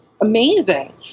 amazing